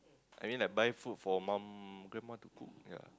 I mean like buy food for mum grandma to cook ya